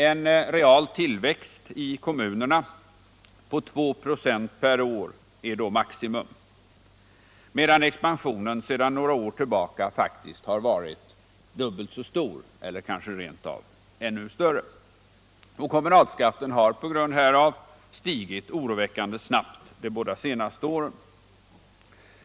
En real tillväxt i kommunerna på 296 per år är då maximum, medan expansionen sedan några år tillbaka faktiskt har varit dubbelt så stor eller kanske rent av ännu större. Kommunalskatten har på grund härav stigit oroväckande snabbt de båda senaste åren.